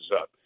up